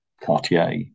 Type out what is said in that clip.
cartier